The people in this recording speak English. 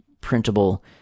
printable